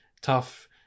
tough